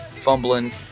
fumbling